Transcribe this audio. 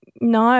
No